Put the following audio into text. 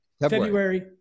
February